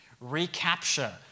recapture